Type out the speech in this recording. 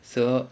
so